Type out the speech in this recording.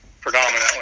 predominantly